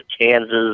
Kansas